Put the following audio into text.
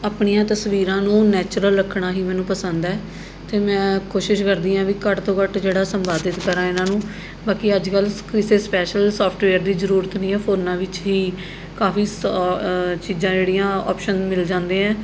ਆਪਣੀਆਂ ਤਸਵੀਰਾਂ ਨੂੰ ਨੈਚੁਰਲ ਰੱਖਣਾ ਹੀ ਮੈਨੂੰ ਪਸੰਦ ਹੈ ਅਤੇ ਮੈਂ ਕੋਸ਼ਿਸ਼ ਕਰਦੀ ਹਾਂ ਵੀ ਘੱਟ ਤੋਂ ਘੱਟ ਜਿਹੜਾ ਸੰਪਾਦਿਤ ਕਰਾਂ ਇਹਨਾਂ ਨੂੰ ਬਾਕੀ ਅੱਜ ਕੱਲ੍ਹ ਸ ਕਿਸੇ ਸਪੈਸ਼ਲ ਸੋਫਟਵੇਅਰ ਦੀ ਜ਼ਰੂਰਤ ਨਹੀਂ ਹੈ ਫੋਨਾਂ ਵਿੱਚ ਹੀ ਕਾਫੀ ਸ ਚੀਜ਼ਾਂ ਜਿਹੜੀਆਂ ਆਪਸ਼ਨ ਮਿਲ ਜਾਂਦੇ ਹੈ